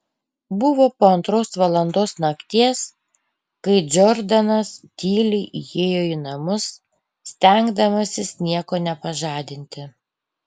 buvo po antros valandos nakties kai džordanas tyliai įėjo į namus stengdamasis nieko nepažadinti